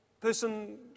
person